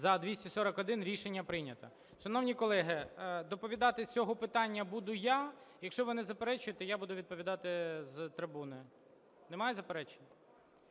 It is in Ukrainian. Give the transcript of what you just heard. За-241 Рішення прийнято. Шановні колеги, доповідати з цього питання буду я. Якщо ви не заперечуєте, я буду відповідати з трибуни. Немає заперечень?